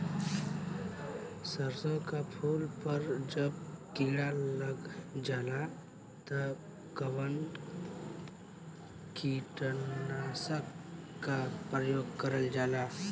सरसो के फूल पर जब किड़ा लग जाला त कवन कीटनाशक क प्रयोग करल जाला?